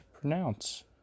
pronounce